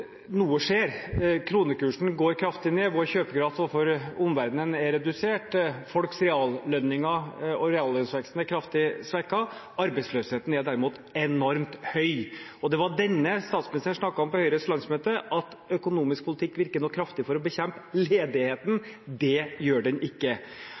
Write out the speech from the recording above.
noe skjer. Kronekursen går kraftig ned, vår kjøpekraft overfor omverdenen er redusert, folks reallønninger og reallønnsveksten er kraftig svekket. Arbeidsløsheten er derimot enormt høy, og det var denne statsministeren snakket om på Høyres landsmøte – at økonomisk politikk nå virker kraftig for å bekjempe ledigheten.